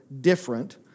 different